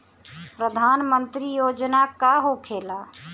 प्रधानमंत्री योजना का होखेला?